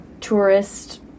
tourist